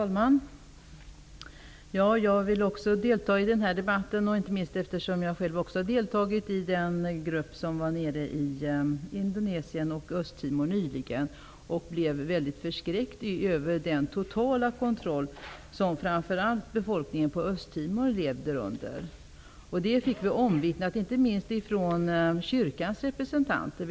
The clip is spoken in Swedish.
Herr talman! Jag vill också delta i denna debatt, inte minst eftersom jag själv var med i den grupp som var nere i Indonesien och Östtimor nyligen. Vi blev mycket förskräckta över den totala kontroll som framför allt befolkningen på Östtimor lever under. Det fick vi omvittnat inte minst från kyrkans representanter.